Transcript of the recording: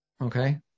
Okay